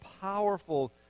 powerful